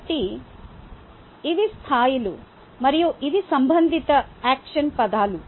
కాబట్టి ఇవి స్థాయిలు మరియు ఇవి సంబంధిత యాక్షన్ పదాలు